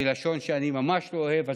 בלשון שאני ממש לא אוהב,